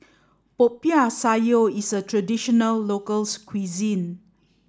popiah sayur is a traditional local cuisine